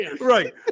right